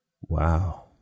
Wow